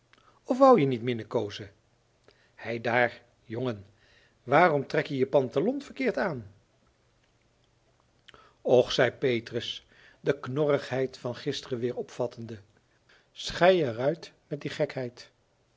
of wou je niet minnekoozen heidaar jongen waarom trek je je pantalon verkeerd aan och zei petrus de knorrigheid van gisteren weer opvattende schei er uit met die gekheid